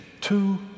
two